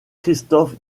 christophe